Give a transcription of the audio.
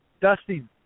Dusty